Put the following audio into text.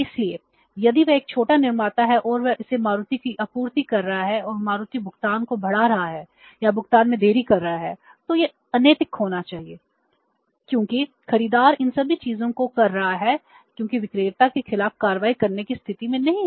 इसलिए यदि वह एक छोटा निर्माता है और वह इसे मारुति को आपूर्ति कर रहा है और मारुति भुगतान को बढ़ा रहा है या भुगतान में देरी कर रहा है तो यह अनैतिक होना चाहिए क्योंकि खरीदार इन सभी चीजों को कर रहा है क्योंकि विक्रेता के खिलाफ कार्रवाई करने की स्थिति में नहीं है